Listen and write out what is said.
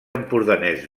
empordanès